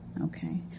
Okay